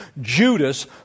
Judas